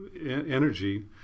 energy